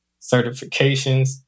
certifications